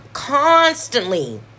Constantly